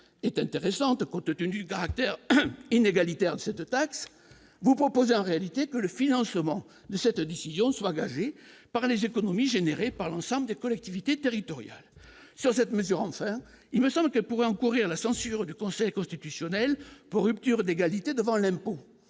est intéressante, compte tenu d'acteur inégalitaire de cette taxe, vous proposez en réalité que le financement de cette décision sur par les économies générées par l'ensemble des collectivités territoriales sur cette mesure, enfin il me semble que pourrait encourir la censure du Conseil constitutionnel pour rupture d'égalité devant l'impôt,